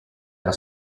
alla